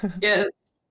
Yes